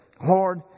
Lord